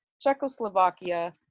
Czechoslovakia